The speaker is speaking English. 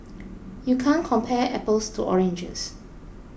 you can't compare apples to oranges